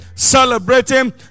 Celebrating